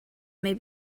may